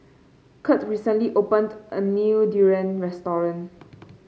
Kirt recently opened a new durian restaurant